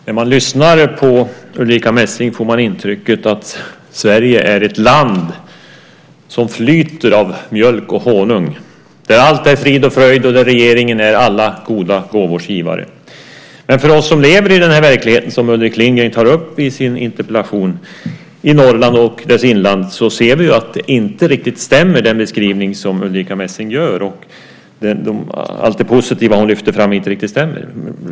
Herr talman! När man lyssnar på Ulrica Messing får man intrycket att Sverige är ett land som flyter av mjölk och honung, där allt är frid och fröjd och där regeringen är alla goda gåvors givare. Men vi som lever i den verklighet som Ulrik Lindgren tar upp i sin interpellation, i Norrland och dess inland, ser att den beskrivning som Ulrica Messing gör, allt det positiva hon lyfter fram, inte riktigt stämmer.